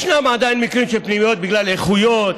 ישנם עדיין מקרים של פנימיות בגלל איכויות,